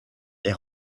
est